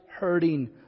hurting